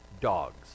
dogs